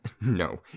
No